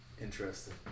Interesting